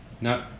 no